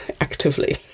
actively